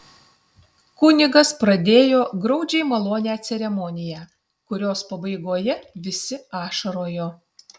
kunigas pradėjo graudžiai malonią ceremoniją kurios pabaigoje visi ašarojo